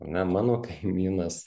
ar ne mano kaimynas